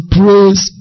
praise